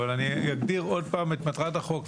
אבל אני אגדיר עוד פעם את מטרת החוק,